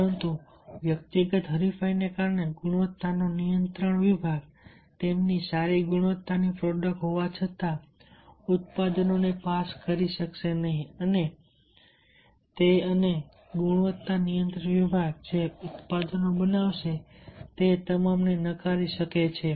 પરંતુ વ્યક્તિગત હરીફાઈને કારણે ગુણવત્તા નો નિયંત્રણ વિભાગ તેમની સારી ગુણવત્તાની પ્રોડક્ટ હોવા છતાં ઉત્પાદનોને પાસ કરી શકશે નહીં અને તે અને ગુણવત્તા નિયંત્રણ વિભાગ જે ઉત્પાદનો બનાવશે તે તમામને નકારી શકે છે